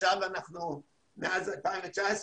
מאז 2019,